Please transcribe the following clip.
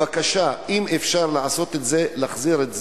בבקשה, אם אפשר לעשות את זה, להחזיר את זה,